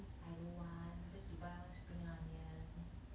I don't want just to buy one spring onion